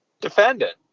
defendant